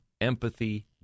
empathy